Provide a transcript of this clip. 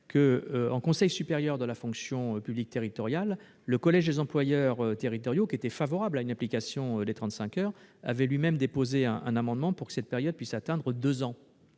que, en Conseil supérieur de la fonction publique territoriale, le collège des employeurs territoriaux, qui était favorable à une application des 35 heures, avait lui-même déposé un amendement pour que cette période puisse atteindre deux ans,